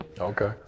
Okay